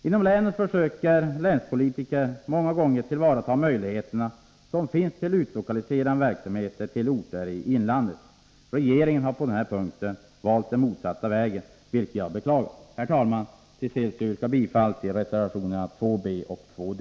Inom länet försöker länspolitikerna många gånger tillvarata de möjligheter som finns till utlokalisering av verksamheter till orter i inlandet. Regeringen har på den här punkten valt den motsatta vägen, vilket jag beklagar. Herr talman! Till sist yrkar jag bifall till reservationerna 2 b och 2 d.